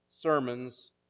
sermons